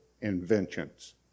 inventions